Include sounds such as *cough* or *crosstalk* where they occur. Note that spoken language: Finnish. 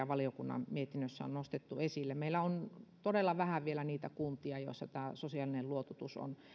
*unintelligible* valiokunnan mietinnössä on nostettu esille meillä on todella vähän vielä niitä kuntia joissa tämä sosiaalinen luototus on